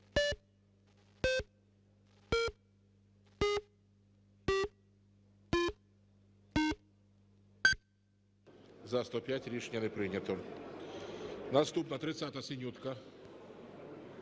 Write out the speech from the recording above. За-105 Рішення не прийнято. Наступна 30-а. Синютка.